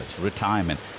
retirement